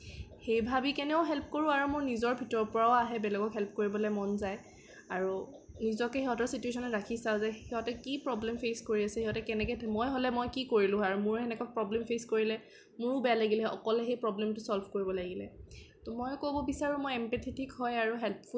সেই ভাৱিকেনেও হেল্প কৰোঁ আৰু মোৰ নিজৰ ভিতৰৰ পৰাও আহে বেলেগক হেল্প কৰিবলৈ মন যায় আৰু নিজকে সিহঁতৰ ছিটুৱেচনত ৰাখি চাওঁ যে সিহঁতে কি প্ৰব্লেম ফেছ কৰি আছে সিহঁতে কেনেকৈ মই হ'লে মই কি কৰিলোঁ হয় মোৰ সেনেকুৱা প্ৰব্লেম ফেছ কৰিলে মোৰো বেয়া লাগিলে হয় অকলে সেই প্ৰব্লেমটো ছ'লভ কৰিব লাগিলে ত' মই ক'ব বিচাৰোঁ মই এমপেথেটিক হয় আৰু হেল্পফুল হয়